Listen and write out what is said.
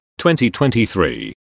2023